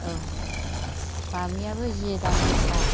औ बामियाबो जि दाम गोसा